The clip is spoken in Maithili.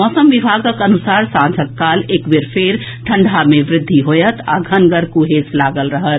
मौसम विभागक अनुसार सांझक समय एक बेर फेर ठंडा मे वृद्धि होएत आ घनगर कुहेस लागल रहत